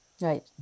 Right